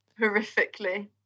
horrifically